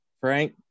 frank